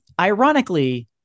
Ironically